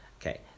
Okay